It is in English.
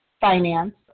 finance